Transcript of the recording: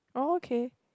oh okay